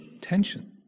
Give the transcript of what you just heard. tension